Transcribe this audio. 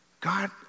God